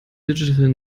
digital